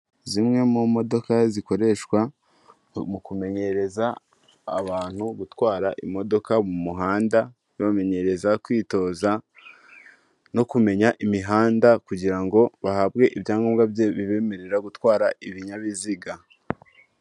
Zimwe mu modoka zikoreshwa mu kumenyereza abantu gutwara imodoka mu muhanda, zibamenyereza kwitoza no kumenya imihanda kugira ngo bahabwe ibyangombwa bibemerera gutwara ibinyabiziga.